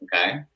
okay